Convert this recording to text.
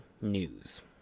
news